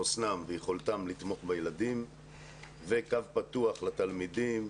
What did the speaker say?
חוסנם ויכולתם לתמוך בילדים וקו פתוח לתלמידים,